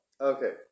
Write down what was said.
Okay